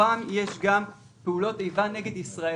ובתוכם יש גם פעולות איבה נגד ישראל.